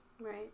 Right